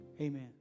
amen